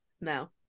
No